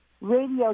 radio